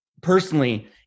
personally